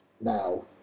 Now